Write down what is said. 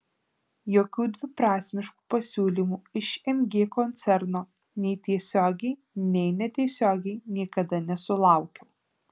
jokių dviprasmiškų pasiūlymų iš mg koncerno nei tiesiogiai nei netiesiogiai niekada nesulaukiau